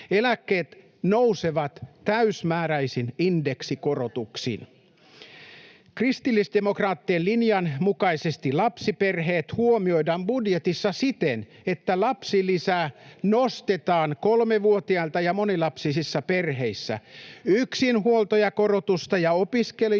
Kymäläinen: Ja lääkkeiden hinnat nousee!] Kristillisdemokraattien linjan mukaisesti lapsiperheet huomioidaan budjetissa siten, että lapsilisää nostetaan alle kolmevuotiailta ja monilapsisissa perheissä, yksihuoltajakorotusta ja opiskelijoiden